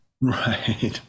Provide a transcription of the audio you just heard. Right